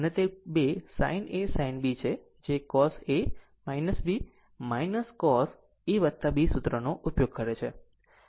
અને તે 2 sin A sin B છે જે cos A B cos A B સૂત્રનો ઉપયોગ કરે છે